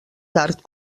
tard